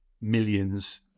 millions